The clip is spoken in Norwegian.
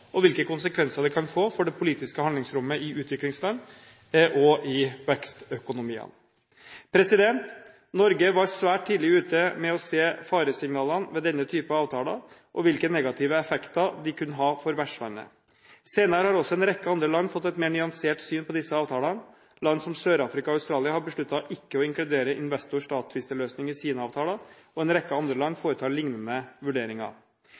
og hvilke konsekvenser det kan få for det politiske handlingsrommet i utviklingsland og i vekstøkonomiene. Norge var svært tidlig ute med å se faresignalene ved denne type avtaler og hvilke negative effekter de kunne ha for vertslandet. Senere har også en rekke andre land fått et mer nyansert syn på disse avtalene. Land som Sør-Afrika og Australia har besluttet ikke å inkludere investor-stat-tvisteløsninger i sine avtaler, og en rekke andre land foretar lignende vurderinger.